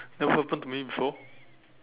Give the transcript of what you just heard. never happened to me before